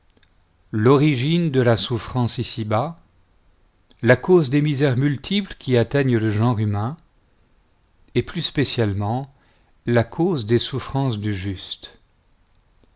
l'origine de la souffrance ici-bas la cause des misères multiples qui atteignent le genre humain et plus spécialement la cause des souffrances du juste